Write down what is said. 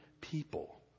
people